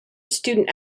student